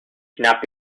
cannot